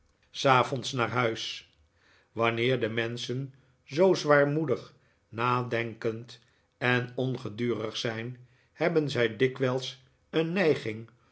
s avonds naar huis wanneer de menschen zoo zwaarmoedig nadenkend en ongedurig zijn hebben zij dikwijls een neiging